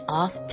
off